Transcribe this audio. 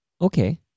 okay